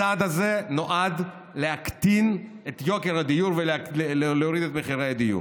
הצעד הזה נועד להקטין את יוקר הדיור ולהוריד את מחירי הדיור.